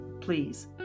please